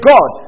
God